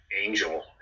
angel